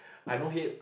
I don't hate